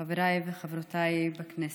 חבריי וחברותיי בכנסת,